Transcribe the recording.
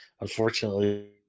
unfortunately